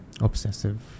obsessive